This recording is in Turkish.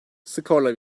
skorla